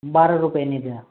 बारा रुपयानी द्या